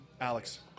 Alex